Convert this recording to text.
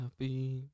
happy